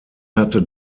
hatte